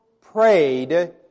prayed